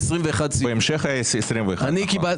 בהמשך זה היה 21 סעיפים, נכון.